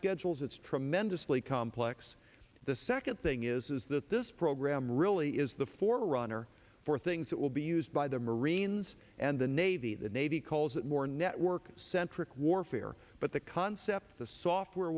schedules it's tremendously complex the second thing is that this program really is the four runner for things that will be used by the marines and the navy the navy calls that more network centric warfare but the concept the software